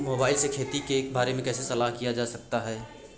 Mobile से खेती के बारे कैसे सलाह लिया जा सकता है?